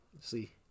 See